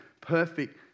perfect